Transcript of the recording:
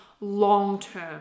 long-term